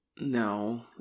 No